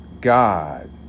God